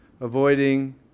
avoiding